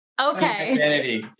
Okay